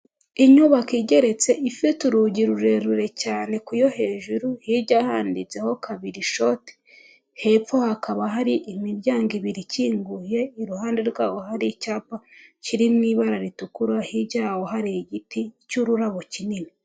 Inyubako igeretse ifite urugi rurerure cyane ku yo hejuru, hirya handitseho kabiri shoti, hepfo hakaba hari imiryango ibiri ikinguye, iruhande rwaho hari icyapa kiri mu ibara ritukura hirya yaho hari igiti cy'ururabo kinini.